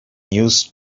use